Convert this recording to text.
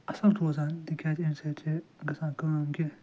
اصٕل روزان تِکیٛازِ اَمہِ سۭتۍ چھِ گَژھان کٲم کہِ